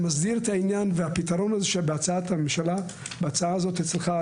והפתרון הזה שבהצעת הממשלה ואצלך,